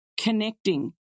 Connecting